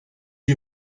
you